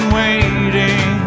waiting